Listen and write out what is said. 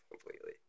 completely